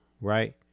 right